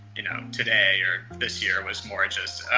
you know, today or this year was more just,